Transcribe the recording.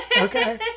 okay